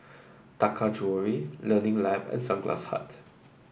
Taka Jewelry Learning Lab and Sunglass Hut